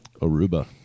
Aruba